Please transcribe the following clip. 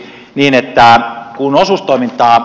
ihan lopuksi